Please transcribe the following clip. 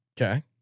Okay